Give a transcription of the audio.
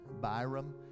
Byram